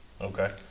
Okay